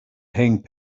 hang